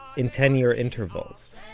in ten year intervals,